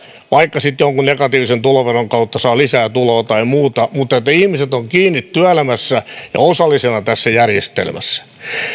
vaikka sitten jonkun negatiivisen tuloveron kautta saa lisää tuloa tai muuta mutta se että ihmiset ovat kiinni työelämässä ja osallisina tässä järjestelmässä